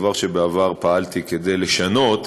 דבר שבעבר פעלתי כדי לשנות